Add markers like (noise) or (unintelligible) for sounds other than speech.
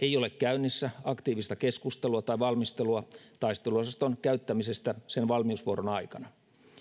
(unintelligible) ei ole käynnissä aktiivista keskustelua tai valmistelua taisteluosaston käyttämisestä sen valmiusvuoron aikana